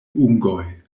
ungoj